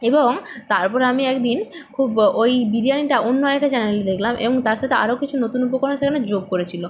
এবং তারপর আমি এক দিন খুব ওই বিরিয়ানিটা অন্য আরেকটা চ্যানেলে দেখলাম এবং তার সাথে আরও কিছু নতুন উপকরণ সেখানে যোগ করেছিল